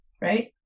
right